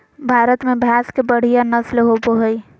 भारत में भैंस के बढ़िया नस्ल होबो हइ